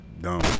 dumb